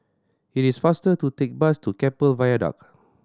it is faster to take the bus to Keppel Viaduct